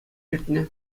иртнӗ